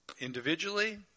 individually